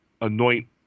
anoint